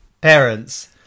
parents